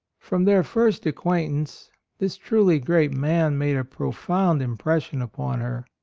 from their first acquaintance this truly great man made a pro found impression upon her.